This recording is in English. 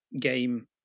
game